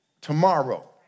tomorrow